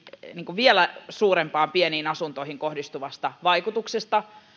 vielä suuremmasta pieniin asuntoihin kohdistuvasta vaikutuksesta